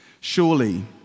Surely